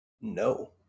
No